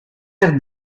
son